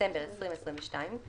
בדצבמר 2022),